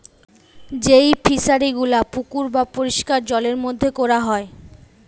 যেই ফিশারি গুলা পুকুর বা পরিষ্কার জলের মধ্যে কোরা হয়